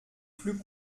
plus